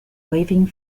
waving